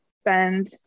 spend